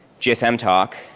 gsm talk?